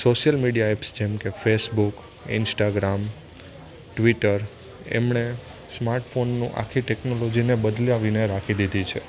social media apps જેમકે Facebook Instagram Twitter એમણે સ્માર્ટફોનનું આખી ટેક્નોલોજીને બદલાવીને રાખી દીધી છે